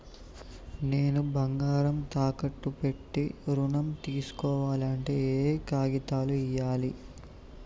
నేను బంగారం తాకట్టు పెట్టి ఋణం తీస్కోవాలంటే ఏయే కాగితాలు ఇయ్యాలి?